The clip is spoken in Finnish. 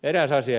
eräs asia